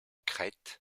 crête